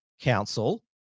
Council